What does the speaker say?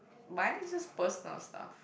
mine is just personal stuff